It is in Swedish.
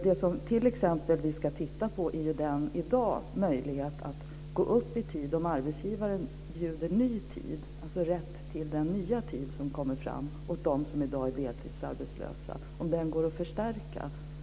Det vi t.ex. ska titta på är möjligheten för dem som i dag är deltidsarbetslösa att gå upp i tid om arbetsgivaren bjuder ny tid, dvs. om det går att förstärka rätten till den nya tid som kommer fram.